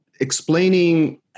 explaining